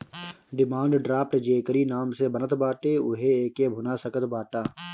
demand draft जेकरी नाम से बनत बाटे उहे एके भुना सकत बाटअ